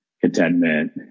contentment